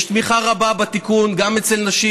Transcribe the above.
יש תמיכה רבה בתיקון גם אצל נשים.